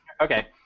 Okay